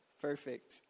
perfect